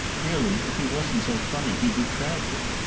really, if he wasn't so funny, he'd be tragic.